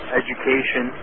education